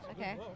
okay